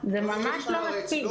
זה ממש לא מספיק.